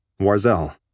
Warzel